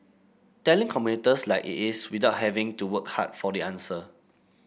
telling commuters like it is without having to work hard for the answer